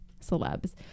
celebs